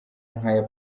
nk’aya